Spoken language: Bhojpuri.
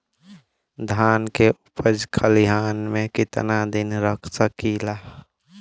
धान के उपज खलिहान मे कितना दिन रख सकि ला?